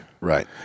Right